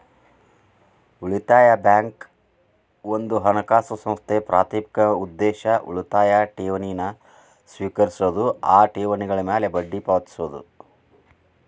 ಉಳಿತಾಯ ಬ್ಯಾಂಕ್ ಒಂದ ಹಣಕಾಸು ಸಂಸ್ಥೆ ಪ್ರಾಥಮಿಕ ಉದ್ದೇಶ ಉಳಿತಾಯ ಠೇವಣಿನ ಸ್ವೇಕರಿಸೋದು ಆ ಠೇವಣಿಗಳ ಮ್ಯಾಲೆ ಬಡ್ಡಿ ಪಾವತಿಸೋದು